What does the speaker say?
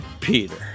Peter